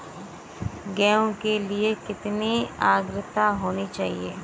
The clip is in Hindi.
गेहूँ के लिए कितनी आद्रता होनी चाहिए?